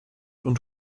und